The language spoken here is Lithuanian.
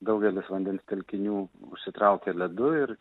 daugelis vandens telkinių užsitraukė ledu ir